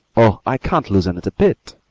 oh, i can't loosen it a bit,